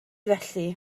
felly